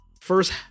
first